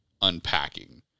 unpacking